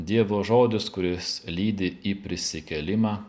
dievo žodis kuris lydi į prisikėlimą